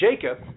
Jacob